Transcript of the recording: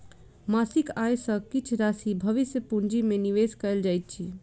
मासिक आय सॅ किछ राशि भविष्य पूंजी में निवेश कयल जाइत अछि